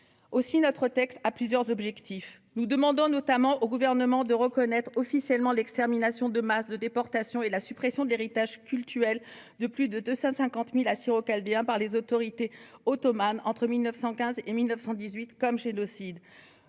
Aussi, notre texte a plusieurs objectifs. Nous demandons notamment au Gouvernement de reconnaître officiellement que l'extermination de masse, la déportation et la suppression de l'héritage culturel de plus de 250 000 Assyro-Chaldéens par les autorités ottomanes entre 1915 et 1918 constituent un génocide.